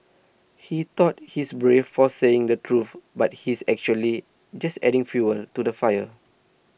he thought he's brave for saying the truth but he's actually just adding fuel to the fire